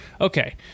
Okay